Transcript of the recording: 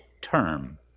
term